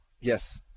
Yes